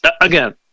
Again